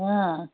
ம்